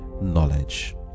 knowledge